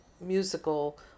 musical